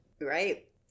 Right